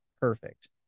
perfect